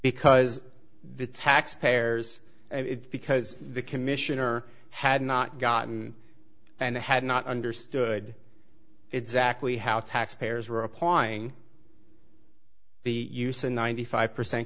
because the taxpayers because the commissioner had not gotten and had not understood exactly how taxpayers were applying the use a ninety five percent